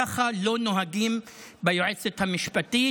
כך לא נוהגים ביועצת המשפטית.